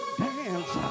dance